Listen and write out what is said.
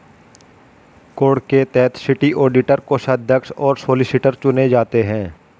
code के तहत city auditor, कोषाध्यक्ष और सॉलिसिटर चुने जाते हैं